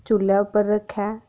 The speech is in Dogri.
चु'ल्ली उप्पर रक्खै